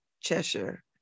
Cheshire